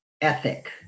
ethic